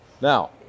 now